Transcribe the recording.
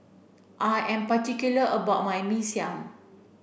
I am particular about my Mee Siam